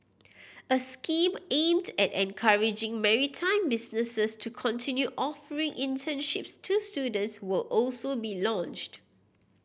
a scheme aimed at encouraging maritime businesses to continue offering internships to students will also be launched